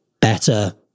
better